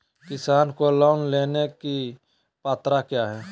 किसान को लोन लेने की पत्रा क्या है?